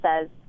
says